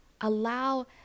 Allow